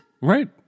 Right